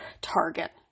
Target